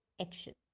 action